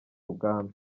ubwami